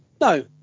No